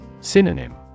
Synonym